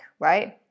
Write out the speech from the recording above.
right